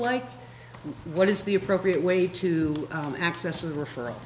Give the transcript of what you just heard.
like what is the appropriate way to access and referral